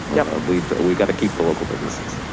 yeah we but we gotta keep the local businesses.